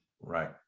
Right